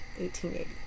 1880